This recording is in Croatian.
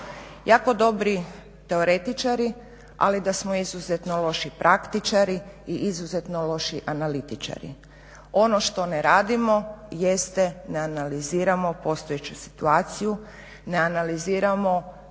jako dobri teoretičari, ali da smo izuzetno loši praktičari i izuzetno loši analitičari. Ono što ne radimo jeste ne analiziramo postojeću situaciju, ne analiziramo